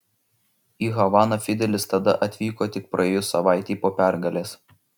į havaną fidelis tada atvyko tik praėjus savaitei po pergalės